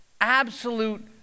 absolute